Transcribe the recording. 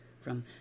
from